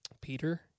Peter